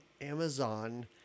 Amazon